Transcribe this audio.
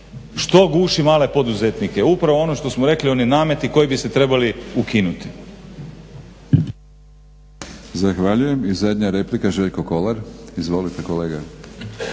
Što guši male poduzetnike, upravo ono što smo rekli, oni nameti koji bi se trebali ukinuti. **Batinić, Milorad (HNS)** Zahvaljujem. I zadnja replika, Željko Kolar. Izvolite kolega.